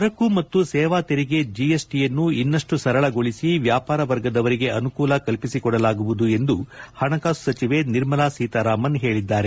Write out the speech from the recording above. ಸರಕು ಮತ್ತು ಸೇವಾ ತೆರಿಗೆ ಜೆಎಸ್ಟಿಯನ್ನು ಇನ್ನಷ್ಟು ಸರಳಗೊಳಿಸಿ ವ್ಯಾಪಾರ ವರ್ಗದವರಿಗೆ ಅನುಕೂಲ ಕಲ್ಪಿಸಿಕೊಡಲಾಗುವುದು ಎಂದು ಹಣಕಾಸು ಸಚಿವೆ ನಿರ್ಮಲಾ ಸೀತಾರಾಮನ್ ಹೇಳಿದ್ದಾರೆ